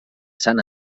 sant